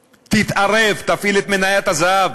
תתערב, תפעיל את מניית הזהב,